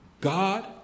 God